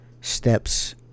steps